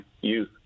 youth